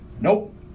nope